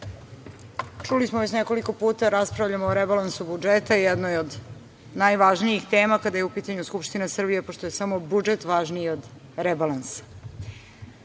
čuli smo već nekoliko puta, raspravljamo o rebalansu budžeta, jednoj od najvažnijih tema kada je u pitanju Skupština Srbije, pošto je samo budžet važniji od rebalansa. Uvaženi